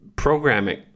programming